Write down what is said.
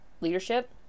leadership